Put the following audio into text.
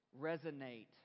resonate